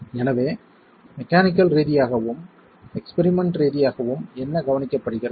எனவே மெக்கானிக்கல் ரீதியாகவும் எஸ்பிரிமெண்ட் ரீதியாகவும் என்ன கவனிக்கப்படுகிறது